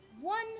one